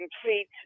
complete